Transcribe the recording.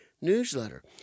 newsletter